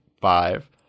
five